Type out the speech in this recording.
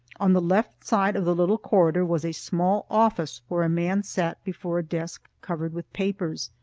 on the left side of the little corridor was a small office where a man sat before a desk covered with papers.